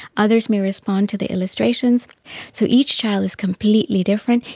others may respond to the illustrations so each child is completely different.